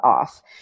off